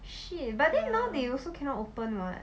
shit but then now they also cannot open [what]